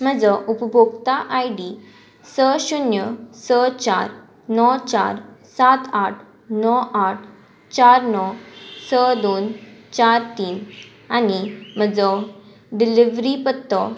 म्हजो उपभोक्ता I D स शुन्य स चार णव चार सात आठ णव आठ चार णव स दोन चार तीन आनी म्हजो डिलिव्हरी पत्तो